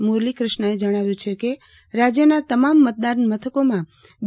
મુરલીક્રિષ્નાએ જણાવ્યું છે કે રાજયના તમામ મતદાન મથકોમાં બી